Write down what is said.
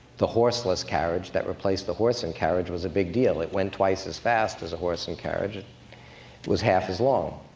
the horseless carriage that replaced the horse and carriage was a big deal it went twice as fast as a horse and carriage. it was half as long.